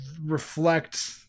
reflect